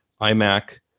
iMac